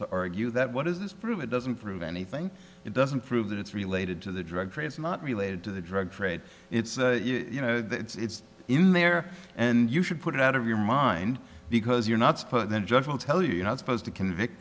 to argue that what does this prove it doesn't prove anything it doesn't prove that it's related to the drug trade it's not related to the drug trade it's you know it's in there and you should put it out of your mind because you're not supposed the judge will tell you you're not supposed to convict